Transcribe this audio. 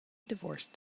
divorced